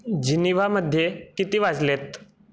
जिनिवामध्ये किती वाजले आहेत